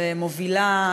ומובילה,